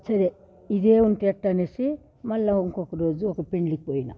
సరే ఇదే ఉంటే ఎట్టా అనేసి మళ్ళా ఇంకొక రోజు ఒక పెడ్లికి పోయిన